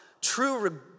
true